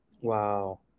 Wow